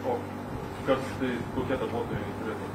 o kas tai kokie darbuotojai turėtų